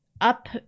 up